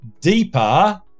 deeper